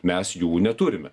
mes jų neturime